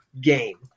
game